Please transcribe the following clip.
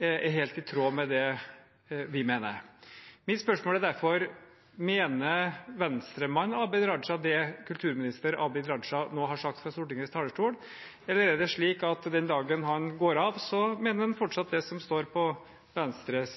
er helt i tråd med det vi mener. Mitt spørsmål er derfor: Mener Venstre-mannen Abid Q. Raja det kulturminister Abid Q. Raja nå har sagt fra Stortingets talerstol, eller er det slik at den dagen han går av, så mener han fortsatt det som står på Venstres